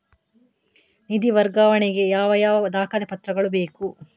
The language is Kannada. ನಿಧಿ ವರ್ಗಾವಣೆ ಗೆ ಯಾವ ಯಾವ ದಾಖಲೆ ಪತ್ರಗಳು ಬೇಕು?